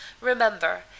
Remember